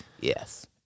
Yes